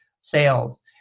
sales